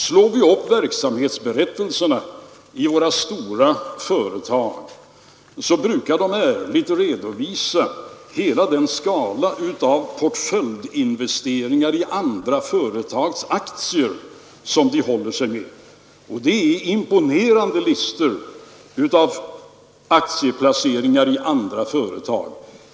Om vi slår upp verksamhetsberättelserna för våra stora företag, brukar vi finna att de ärligen redovisar hela den skala av portföljinvesteringar i andra företags aktier som de håller sig med. Det är imponerande listor över aktieplaceringar i andra företag.